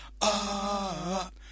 up